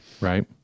Right